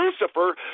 Lucifer